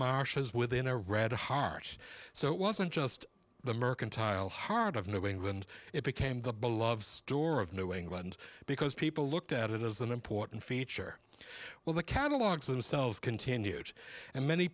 marcia's within a red heart so it wasn't just the mercantile heart of new england it became the beloved store of new england because people looked at it as an important feature well the catalogs themselves continued and many